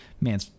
Man